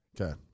Okay